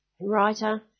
writer